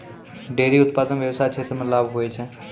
dairy उप्तादन व्याबसाय क्षेत्र मे लाभ हुवै छै